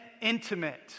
intimate